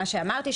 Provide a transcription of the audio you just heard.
מה שאמרתי,